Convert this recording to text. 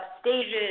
stages